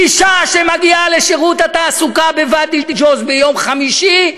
אישה שמגיעה לשירות התעסוקה בוואדי-ג'וז ביום חמישי,